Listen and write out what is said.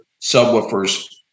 subwoofers